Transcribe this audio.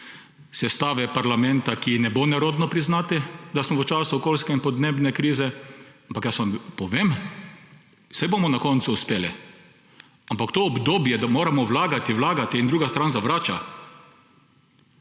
sestave parlamenta, ki ji ne bo nerodno priznati, da smo v času okoljske in podnebne krize. Ampak jaz vam povem, saj bomo na koncu uspeli, ampak tega obdobja, da moramo vlagati, vlagati in da druga stran zavrača,